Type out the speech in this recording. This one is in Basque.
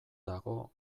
dago